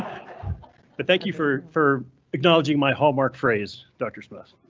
but thank you for for acknowledging my hallmark phrase, dr smith,